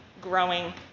growing